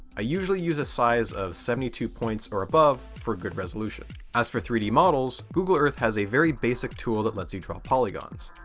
i usually use a size of seventy two points or above for good resolution. as for three d models, google earth has a basic tool that lets you draw polygons.